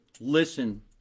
listen